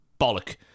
bollock